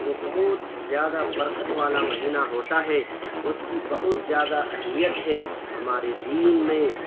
وہ بہت زیادہ برکت والا مہینہ ہوتا ہے اس کی بہت زیادہ اہمیت ہے ہمارے دین میں